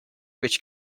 which